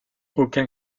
aucun